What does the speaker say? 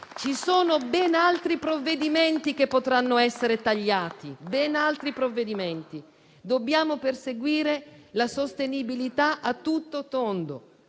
Ci sono ben altri provvedimenti che potranno essere tagliati. Dobbiamo perseguire la sostenibilità a tutto tondo,